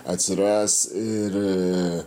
atsiras ir